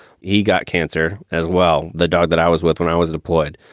he got cancer as well. the dog that i was with when i was deployed,